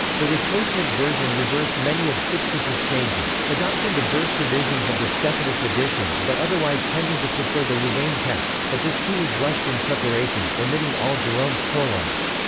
the replacement version reversed many of sixtus's changes, adopting the verse divisions of the stephanus editions but otherwise tending to prefer the louvain text but this too was rushed in preparation, omitting all jerome's prologues.